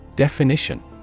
Definition